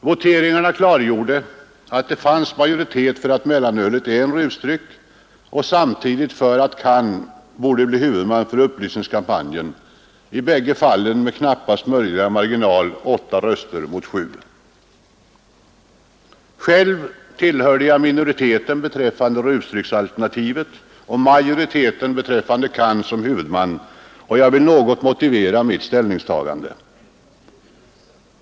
Voteringarna i utskottet klargjorde att det fanns majoritet för att mellanölet är en rusdryck och samtidigt för att CAN borde bli huvudman för upplysningskampanjen — i bägge fallen med knappast möjliga marginal, 8 röster mot 7. Själv tillhörde jag minoriteten beträffande rusdrycksalternativet och majoriteten beträffande CAN som huvudman, och jag vill något motivera mitt ställningstagande.